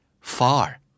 Far